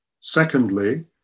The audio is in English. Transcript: Secondly